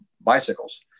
bicycles